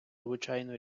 звичайну